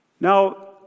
Now